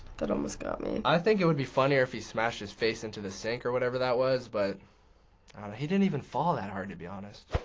that almost got me. i think it would be funnier if he smashed his face into the sink or whatever that was, but he didn't even fall that hard to be honest.